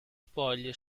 spoglie